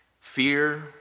fear